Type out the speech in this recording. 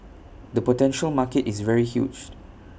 the potential market is very huge